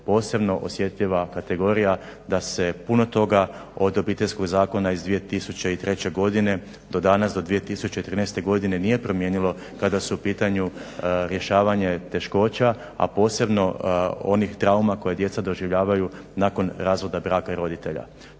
posebno osjetljiva kategorija, da se puno toga od Obiteljskog zakona iz 2003. godine do danas do 2013. godine nije promijenilo kada su u pitanju rješavanje teškoća, a posebno onih trauma koje djeca doživljavaju nakon razvoda braka i roditelja.